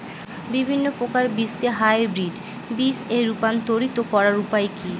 বিভিন্ন প্রকার বীজকে হাইব্রিড বীজ এ রূপান্তরিত করার উপায় কি?